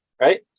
right